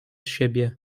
siebie